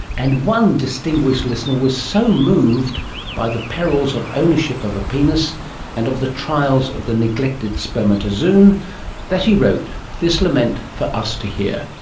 and one distinguished listener was so moved by the perils of ownership of a penis and of the trials of the neglected spermatozoon that he wrote this lament for us to hear.